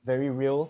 very real